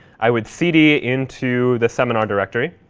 i would cd into the seminar directory.